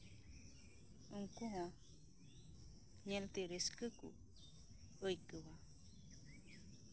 ᱩᱱᱠᱩ ᱦᱚᱸ ᱧᱮᱞᱛᱮ ᱨᱟᱹᱥᱠᱟᱹ ᱠᱚ ᱟᱹᱭᱠᱟᱹᱣᱟ